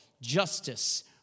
justice